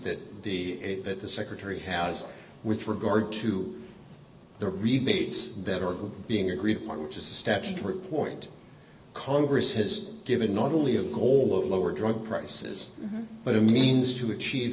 that the that the secretary has with regard to the rebates better being agreed upon which is a statutory point congress has given not only a goal of lower drug prices but a means to achieve